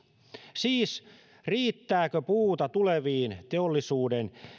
siis riittääkö puuta tuleviin teollisuuden